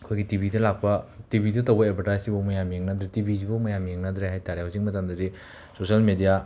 ꯑꯩꯈꯣꯏꯒꯤ ꯇꯤꯕꯤꯗ ꯂꯥꯛꯄ ꯇꯤꯕꯤꯗ ꯇꯧꯕ ꯑꯦꯕꯔꯗꯥꯏꯁꯁꯤꯐꯥꯎ ꯃꯌꯥꯝ ꯌꯦꯡꯅꯗ꯭ꯔꯦ ꯇꯤꯕꯤꯁꯤꯐꯥꯎ ꯃꯌꯥꯝ ꯌꯦꯡꯅꯗ꯭ꯔꯦ ꯍꯥꯏꯕ ꯇꯥꯔꯦ ꯍꯧꯖꯤꯛ ꯃꯇꯝꯗꯗꯤ ꯁꯨꯁꯦꯜ ꯃꯦꯗꯤꯌꯥ